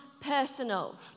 personal